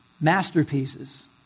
masterpieces